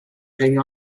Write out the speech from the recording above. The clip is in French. règne